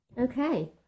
Okay